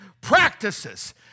practices